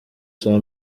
saa